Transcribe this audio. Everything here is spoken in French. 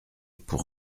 pour